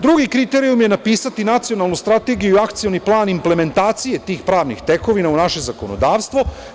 Drugi kriterijum je napisati nacionalnu strategiju i akcioni plan implementacije tih pravnih tekovina u naše zakonodavstvo.